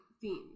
themes